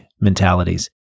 mentalities